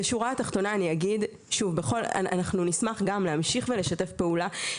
שורה תחתונה אני אגיד ששוב אנחנו נשמח גם להמשיך ולשתף פעולה.